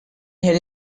here